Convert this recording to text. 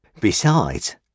Besides